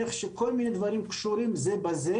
איך שכל מיני דברים קשורים זה בזה